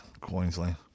Queensland